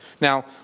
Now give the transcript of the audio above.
Now